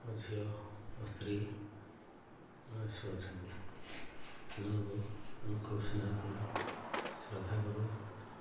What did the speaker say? ମୋ ଝିଅ ମୋ ସ୍ତ୍ରୀ ଏମାନେ ସବୁ ଅଛନ୍ତି ଏମାନଙ୍କୁ ଆମେ ଖୁବ୍ ସ୍ନେହ କରୁ ଶ୍ରଦ୍ଧା କରୁ